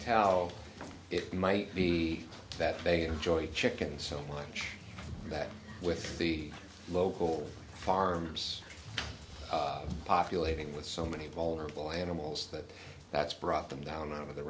tell it might be that they enjoy chickens so much that with the local farmers populating with so many vulnerable animals that that's brought them down out of the